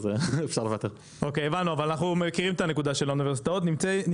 נמצאים איתנו בזום סטארט-אפ ניישן.